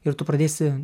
ir tu pradėsi